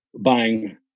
buying